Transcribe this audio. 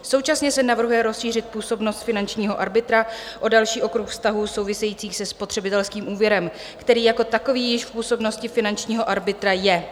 Současně se navrhuje rozšířit působnost finančního arbitra o další okruh vztahů souvisejících se spotřebitelským úvěrem, který jako takový již v působnosti finančního arbitra je.